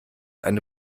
eine